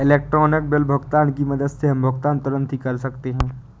electronic bill भुगतान की मदद से हम भुगतान तुरंत ही कर सकते हैं